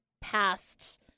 past